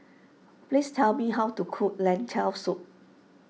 please tell me how to cook Lentil Soup